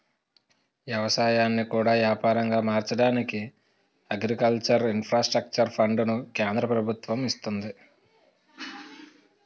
ఎవసాయాన్ని కూడా యాపారంగా మార్చడానికి అగ్రికల్చర్ ఇన్ఫ్రాస్ట్రక్చర్ ఫండును కేంద్ర ప్రభుత్వము ఇస్తంది